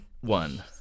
One